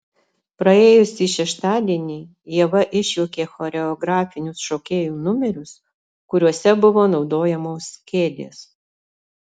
praėjusį šeštadienį ieva išjuokė choreografinius šokėjų numerius kuriuose buvo naudojamos kėdės